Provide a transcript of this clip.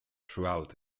throughout